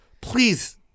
Please